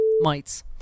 Mites